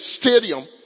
stadium